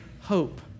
hope